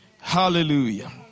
Hallelujah